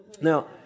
Now